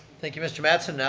thank you, mr. matson. yeah